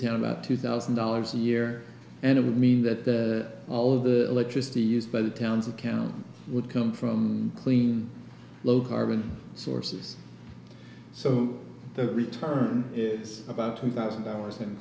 him about two thousand dollars a year and it would mean that all of the electricity used by the town's account would come from clean low carbon sources so the return is about two thousand dollars and